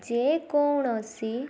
ଯେକୌଣସି